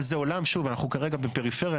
שוב, אנחנו כרגע בפריפריה.